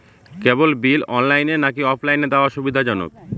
কেবল bill অনলাইনে নাকি অফলাইনে দেওয়া সুবিধাজনক?